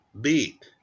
beat